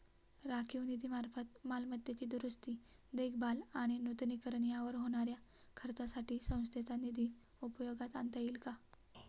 राखीव निधीमार्फत मालमत्तेची दुरुस्ती, देखभाल आणि नूतनीकरण यावर होणाऱ्या खर्चासाठी संस्थेचा निधी उपयोगात आणता येईल का?